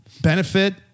benefit